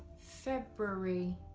february,